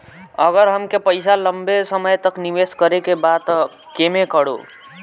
अगर हमके पईसा लंबे समय तक निवेश करेके बा त केमें करों?